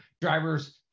drivers